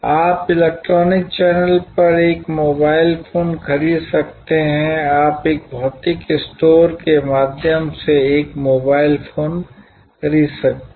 आप electronic channel पर एक मोबाइल फोन खरीद सकते हैं आप एक भौतिक स्टोर के माध्यम से एक मोबाइल फोन खरीद सकते हैं